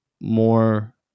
more